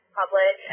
public